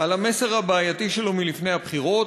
על המסר הבעייתי שלו מלפני הבחירות,